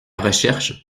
recherche